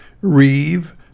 Reeve